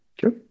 Sure